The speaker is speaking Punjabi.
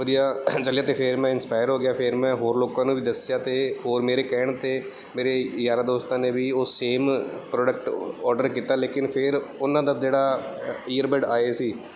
ਵਧੀਆ ਚੱਲਿਆ ਅਤੇ ਫਿਰ ਮੈਂ ਇੰਸਪਾਇਰ ਹੋ ਗਿਆ ਫਿਰ ਮੈਂ ਹੋਰ ਲੋਕਾਂ ਨੂੰ ਵੀ ਦੱਸਿਆ ਅਤੇ ਹੋਰ ਮੇਰੇ ਕਹਿਣ 'ਤੇ ਮੇਰੇ ਯਾਰਾਂ ਦੋਸਤਾਂ ਨੇ ਵੀ ਉਹ ਸੇਮ ਪ੍ਰੋਡਕਟ ਆਰਡਰ ਕੀਤਾ ਲੇਕਿਨ ਫਿਰ ਉਹਨਾਂ ਦਾ ਜਿਹੜਾ ਅ ਈਅਰਬਡ ਆਏ ਸੀ